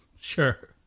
Sure